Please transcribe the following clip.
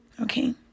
Okay